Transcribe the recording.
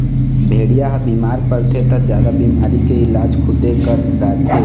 भेड़िया ह बिमार परथे त जादा बिमारी के इलाज खुदे कर डारथे